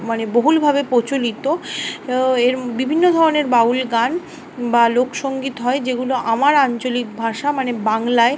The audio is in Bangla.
মানে বহুল ভাবে প্রচলিত ও এর বিভিন্ন ধরনের বাউল গান বা লোকসঙ্গীত হয় যেগুলো আমার আঞ্চলিক ভাষা মানে বাংলায়